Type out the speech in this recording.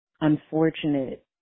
unfortunate